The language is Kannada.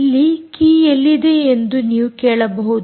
ಇಲ್ಲಿ ಕೀ ಎಲ್ಲಿದೆ ಎಂದು ನೀವು ಕೇಳಬಹುದು